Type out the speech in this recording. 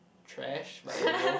trash but endeavor